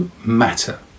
matter